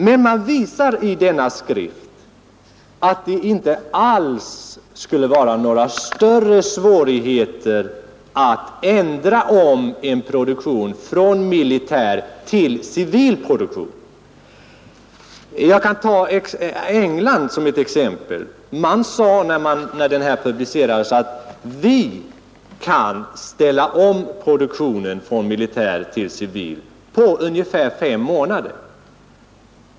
Men man visar i denna skrift, att det alls inte skulle vara några större svårigheter att ändra om en militär produktion till civil produktion. Jag kan ta England som exempel. När denna skrift publicerades, sade man där: Vi kan ställa om produktionen från militär till civil på ungefär fem månader.